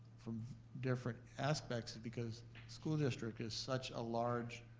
from different aspects is because school district is such a large,